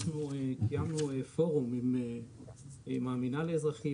אנחנו קיימנו פורום עם המינהל האזרחי,